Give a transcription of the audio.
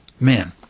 men